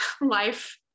life